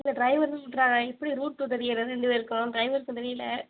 இப்போ டிரைவருக்கும் ரூட் தெரில எப்படி ரூட்டும் தெரியலை ரெண்டு பேருக்கும் டிரைவருக்கும் தெரியலை